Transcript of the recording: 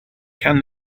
can